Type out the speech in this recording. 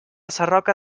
sarroca